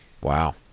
Wow